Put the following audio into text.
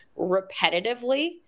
repetitively